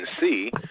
see